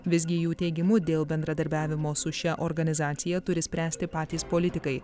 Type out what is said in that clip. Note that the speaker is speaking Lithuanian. visgi jų teigimu dėl bendradarbiavimo su šia organizacija turi spręsti patys politikai